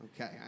Okay